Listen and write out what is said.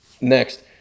next